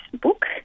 book